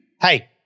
hey